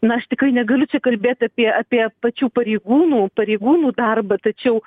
na aš tikrai negaliu čia kalbėt apie apie pačių pareigūnų pareigūnų darbą tačiau